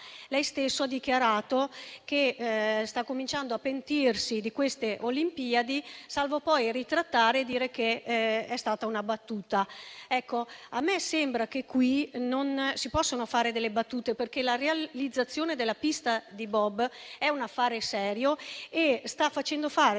lei stesso ha dichiarato che sta cominciando a pentirsi di queste Olimpiadi, salvo poi ritrattare e dire che è stata una battuta. A me sembra che a questo proposito non si possano fare delle battute, perché la realizzazione della pista da bob è un affare serio, che sta facendo fare una